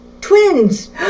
Twins